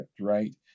Right